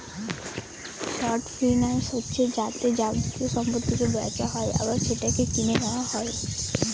short finance হচ্ছে যাতে যাবতীয় সম্পত্তিকে বেচা হয় আবার সেটাকে কিনে নেওয়া হয়